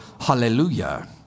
hallelujah